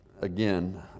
again